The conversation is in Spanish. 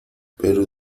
pero